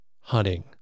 hunting